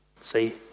see